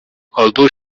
although